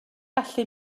gallu